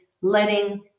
letting